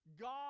God